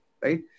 right